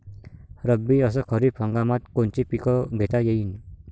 रब्बी अस खरीप हंगामात कोनचे पिकं घेता येईन?